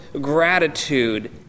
gratitude